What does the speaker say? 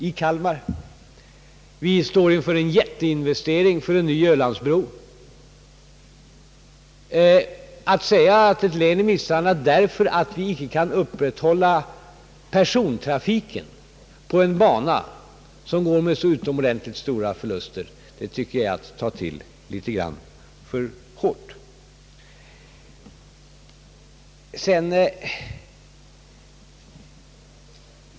Vi står vidare i begrepp att göra en jätteinvestering för en ny Ölandsbro. Att säga att ett län är misshandlat därför att vi icke kan upprätthålla persontrafiken på en bana som går med så utomordentligt stora förluster, det tycker jag är att ta till litet grand för hårt.